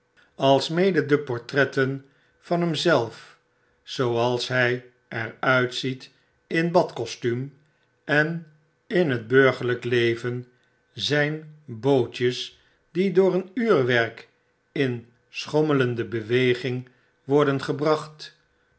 alsmede de portretten van hem zelf zooals hij er uitziet in badkostuum en in het burgerljjk leven zp bootjes die door een uurwerk in schommelende beweging worden gebracht